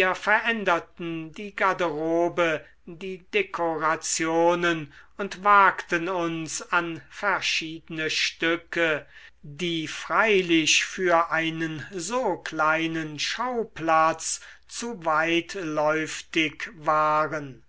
veränderten die garderobe die dekorationen und wagten uns an verschiedene stücke die freilich für einen so kleinen schauplatz zu weitläuftig waren